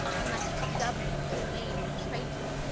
vnlesse to dub thee with the name of traitor.